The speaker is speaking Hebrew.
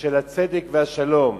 ושל הצדק והשלום.